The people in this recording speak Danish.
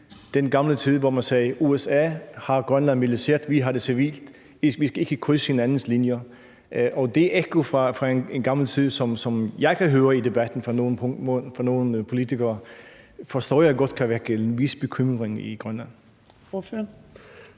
den svundne tid, hvor man sagde: USA har Grønland militært, vi har det civilt, og vi skal ikke krydse hinandens linjer? Det ekko fra en svunden tid, som jeg kan høre i debatten fra nogle politikeres side, forstår jeg godt kan give en vis bekymring i Grønland.